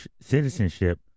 citizenship